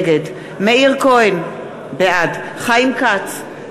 נגד מאיר כהן, בעד חיים כץ,